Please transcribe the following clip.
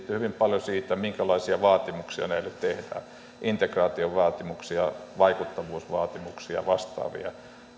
hyvin paljon siihen minkälaisia vaatimuksia näille tehdään integraatiovaatimuksia vaikuttavuusvaatimuksia vastaavia